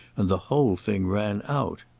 and the whole thing ran out.